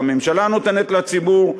שהממשלה נותנת לציבור,